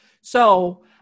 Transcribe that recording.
So-